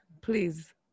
please